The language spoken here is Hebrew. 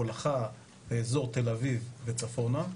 הולכה לאזור תל אביב וצפונה.